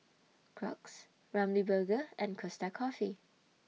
Crocs Ramly Burger and Costa Coffee